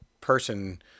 person